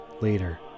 Later